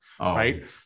Right